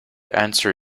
answer